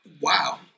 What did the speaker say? Wow